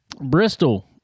Bristol